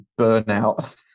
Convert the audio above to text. burnout